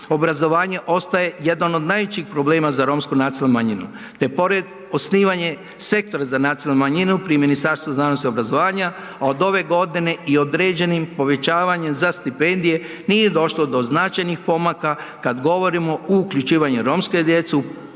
Obrazovanje ostaje jedan od najvećih problema za romsku nacionalnu manjinu, te pored osnivanje sektor za nacionalnu manjinu pri Ministarstvu znanosti i obrazovanja, a od ove godine i određenim povećavanjem za stipendije nije došlo do značajnih pomaka kad govorimo o uključivanju romske djece